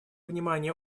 внимание